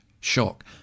shock